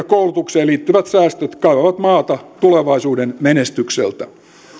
koulutukseen liittyvät säästöt kaivavat maata tulevaisuuden menestykseltä